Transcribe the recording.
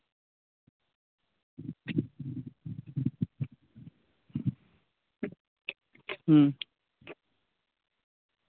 ᱦᱩᱸ